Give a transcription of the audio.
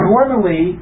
Normally